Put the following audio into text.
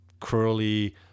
Curly